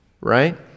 right